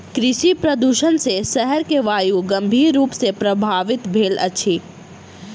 कृषि प्रदुषण सॅ शहर के वायु गंभीर रूप सॅ प्रभवित भेल अछि